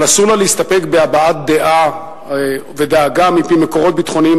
אבל אסור לה להסתפק בהבעת דעה ודאגה מפי מקורות ביטחוניים